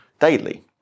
daily